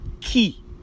key